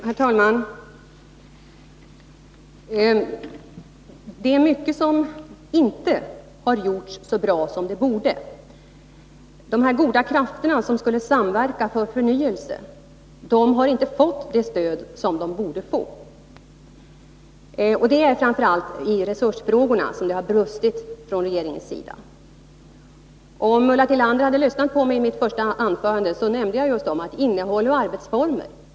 Herr talman! Det är mycket som inte har gjorts så bra som det borde göras. De goda krafterna, som skulle samverka för förnyelse, har inte fått det stöd som de borde få. Det är framför allt i resursfrågorna som det har brustit från regeringens sida. Om Ulla Tillander hade lyssnat på mitt första anförande, hade hon hört att jag även nämnde innehåll och arbetsformer.